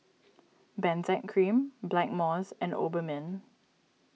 Benzac Cream Blackmores and Obimin